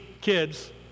Kids